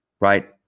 right